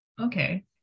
Okay